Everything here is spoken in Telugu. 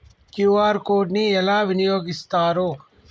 క్యూ.ఆర్ కోడ్ ని ఎలా వినియోగిస్తారు?